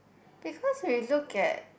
because we look at